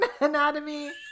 anatomy